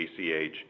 BCH